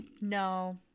No